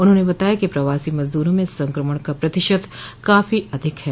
उन्होंने बताया कि प्रवासी मजदूरों में संक्रमण का प्रतिशत काफी अधिक है